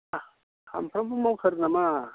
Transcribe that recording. हाब सानफ्रामबो मावथारो नामा